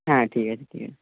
হ্যাঁ ঠিক আছে ঠিক আছে